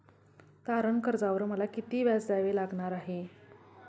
तारण कर्जावर मला किती व्याज द्यावे लागणार आहे?